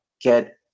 get